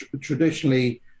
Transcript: traditionally